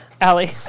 Allie